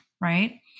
right